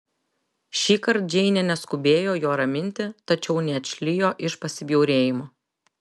šįkart džeinė neskubėjo jo raminti tačiau neatšlijo iš pasibjaurėjimo